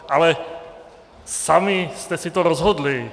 Ale sami jste si to rozhodli.